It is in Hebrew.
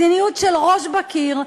מדיניות של ראש בקיר,